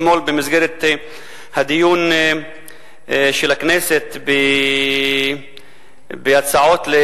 במסגרת הדיון של הכנסת בהצעות,